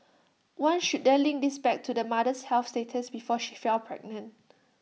one should then link this back to the mother's health status before she fell pregnant